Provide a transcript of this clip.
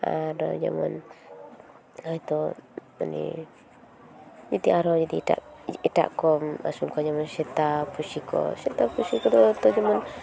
ᱟᱨ ᱡᱮᱢᱚᱱ ᱦᱚᱭᱛᱚ ᱩᱱᱤ ᱡᱚᱫᱤ ᱟᱨᱦᱚᱸ ᱡᱚᱫᱤ ᱮᱴᱟᱜ ᱠᱚᱢ ᱟᱹᱥᱩᱞ ᱠᱚᱣᱟ ᱡᱮᱢᱚᱱ ᱥᱮᱛᱟ ᱯᱩᱥᱤᱠᱚ ᱥᱮᱛᱟ ᱯᱩᱥᱤ ᱠᱚᱫᱚ ᱡᱮᱢᱚᱱ